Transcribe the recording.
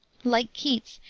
like keats,